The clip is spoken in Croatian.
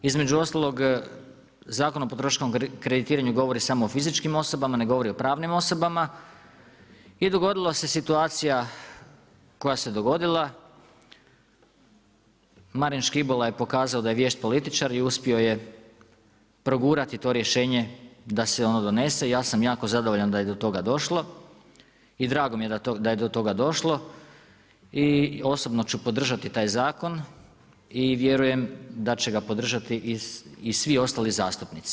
Između ostalog Zakon o potrošačkom kreditiranju govori samo o fizičkim osobama, ne govori o pravnim osobama i dogodila se situacija koja se dogodila, Marin Škibola je pokazao da je vješt političar i uspio je progurati to rješenje, da se ono donese i ja sam jako zadovoljan da je do toga došlo i drago mi je da je do toga došlo i osobno ću podržati taj zakon i vjerujem da će ga podržati i svi ostali zastupnici.